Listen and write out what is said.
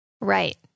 Right